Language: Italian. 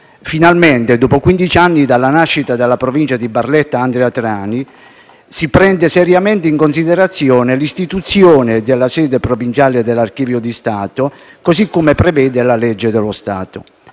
Finalmente, dopo quindici anni dalla nascita della Provincia di Barletta-Andria-Trani, si prende seriamente in considerazione l'istituzione della sede provinciale dell'Archivio di Stato, così come prevede la legge dello Stato.